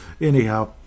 anyhow